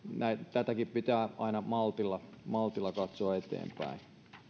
tätäkin pitää aina maltilla maltilla katsoa eteenpäin